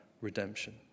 redemption